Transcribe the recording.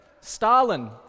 Stalin